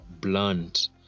blunt